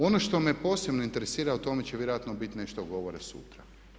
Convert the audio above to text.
Ono što me posebno interesira, o tome će vjerojatno bit nešto govora sutra.